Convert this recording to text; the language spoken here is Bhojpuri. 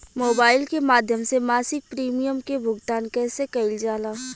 मोबाइल के माध्यम से मासिक प्रीमियम के भुगतान कैसे कइल जाला?